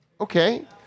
Okay